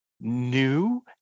new